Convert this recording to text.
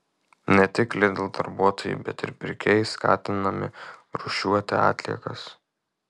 ne tik lidl darbuotojai bet ir pirkėjai skatinami rūšiuoti atliekas